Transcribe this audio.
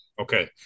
Okay